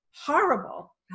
horrible